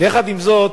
אבל יחד עם זאת,